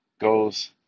goes